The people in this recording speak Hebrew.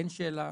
אין שאלה,